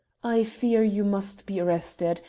i fear you must be arrested.